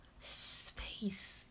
space